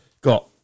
got